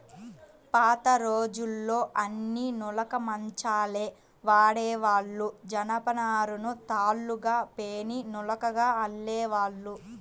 పాతరోజుల్లో అన్నీ నులక మంచాలే వాడేవాళ్ళు, జనపనారను తాళ్ళుగా పేని నులకగా అల్లేవాళ్ళు